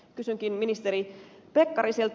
kysynkin ministeri pekkariselta